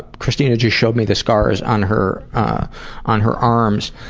christina just showed me the scars on her on her arms.